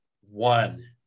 one